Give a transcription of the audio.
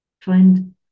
Find